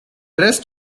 rest